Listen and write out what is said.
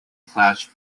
clashed